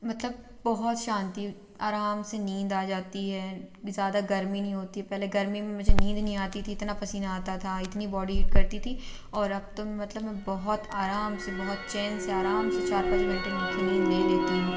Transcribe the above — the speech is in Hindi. मतलब बहुत शांति आराम से नीन्द आ जाती है ज़्यादा गर्मी नहीं होती है पहले गर्मी में मुझे नीन्द नहीं आती थी इतना पसीना आता था इतनी बॉडी हीट करती थी और अब तो मतलब मैं बहुत आराम से बहुत चैन से आराम से चार पाँच घंटे की नीन्द ले लेती हूँ